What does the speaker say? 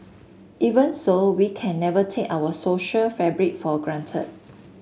even so we can never take our social fabric for granted